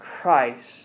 Christ